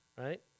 right